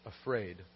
afraid